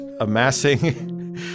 Amassing